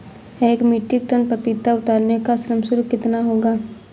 एक metric ton पपीता उतारने का श्रम शुल्क कितना होगा?